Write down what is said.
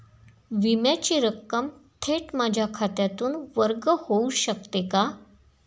विम्याची रक्कम थेट माझ्या खात्यातून वर्ग होऊ शकते का?